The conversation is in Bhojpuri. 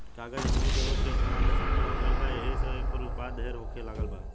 कागज हमनी के रोज के इस्तेमाल में शामिल हो गईल बा एहि से एकर उत्पाद ढेर होखे लागल बा